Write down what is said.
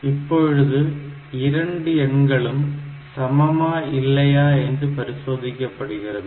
இப்பொழுது இரண்டு எண்களும் சமமா இல்லையா என்று பரிசோதிக்கப்படுகிறது